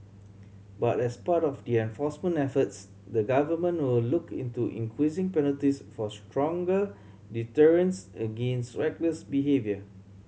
but as part of the enforcement efforts the government will look into increasing penalties for stronger deterrence against reckless behaviour